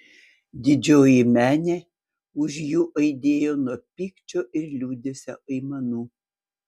didžioji menė už jų aidėjo nuo pykčio ir liūdesio aimanų